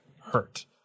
hurt